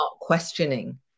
questioning